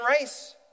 race